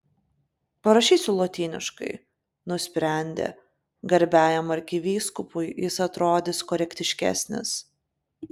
parašysiu lotyniškai nusprendė garbiajam arkivyskupui jis atrodys korektiškesnis